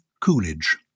Coolidge